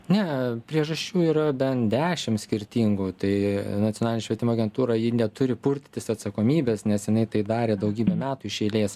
ne priežasčių yra bent dešimt skirtingų tai nacionalinė švietimo agentūra ji neturi purtytis atsakomybės nes jinai tai darė daugybę metų iš eilės